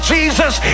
Jesus